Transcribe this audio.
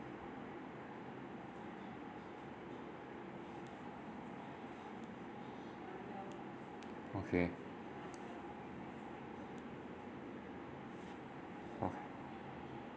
okay orh